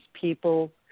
people